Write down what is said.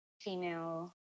female